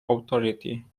authority